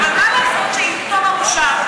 אבל מה לעשות שעם תום המושב,